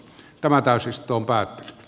tämä täysistuntoa